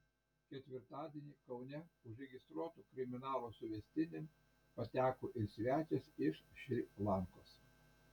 ketvirtadienį kaune užregistruotų kriminalų suvestinėn pateko ir svečias iš šri lankos